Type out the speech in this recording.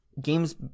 games